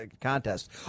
contest